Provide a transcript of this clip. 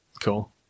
Cool